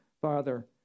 Father